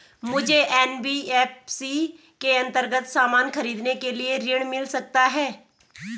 मुझे एन.बी.एफ.सी के अन्तर्गत सामान खरीदने के लिए ऋण मिल सकता है?